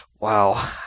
wow